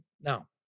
Now